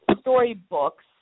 storybooks